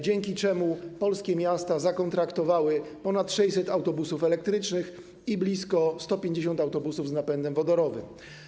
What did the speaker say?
Dzięki temu polskie miasta zakontraktowały ponad 600 autobusów elektrycznych i blisko 150 autobusów z napędem wodorowym.